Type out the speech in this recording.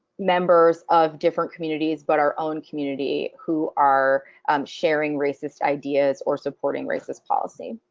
members of different communities but our own community, who are sharing racist ideas or supporting racist policy?